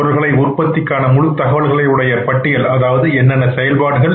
பொருள்கள் உற்பத்திக்கான முழு தகவல்கள் உடைய பட்டியல் அதாவது என்னென்ன செயல்பாடுகள்